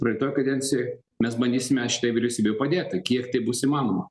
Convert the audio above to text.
praeitoj kadencijoj mes bandysime šitai vyriausybei padėt kiek tai bus įmanoma